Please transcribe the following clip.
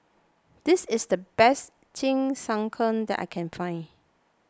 this is the best Jingisukan that I can find